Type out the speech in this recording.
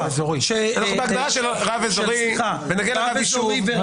אנחנו בהגדרה של רב אזורי, ונגיע לרב יישוב.